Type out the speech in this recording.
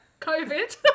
COVID